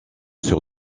sur